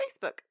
Facebook